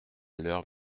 l’heure